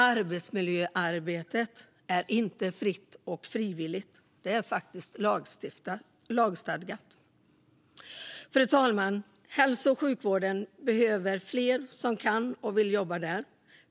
Arbetsmiljöarbetet är inte fritt och frivilligt, utan det är faktiskt lagstadgat. Fru talman! Hälso och sjukvården behöver fler som kan och vill jobba där.